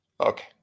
Okay